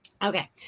Okay